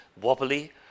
wobbly